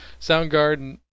Soundgarden